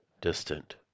distant